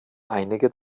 einige